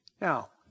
Now